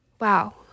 wow